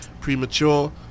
premature